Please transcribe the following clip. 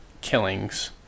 killings